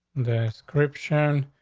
the description.